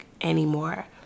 anymore